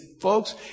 folks